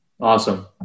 Awesome